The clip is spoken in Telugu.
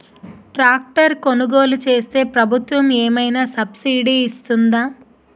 ట్రాక్టర్ కొనుగోలు చేస్తే ప్రభుత్వం ఏమైనా సబ్సిడీ ఇస్తుందా?